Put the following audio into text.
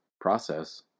process